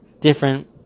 different